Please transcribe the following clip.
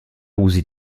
usi